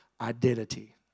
identity